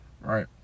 right